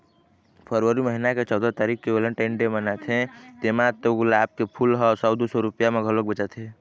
फरवरी महिना के चउदा तारीख के वेलेनटाइन डे मनाथे तेमा तो गुलाब के फूल ह सौ दू सौ रूपिया म घलोक बेचाथे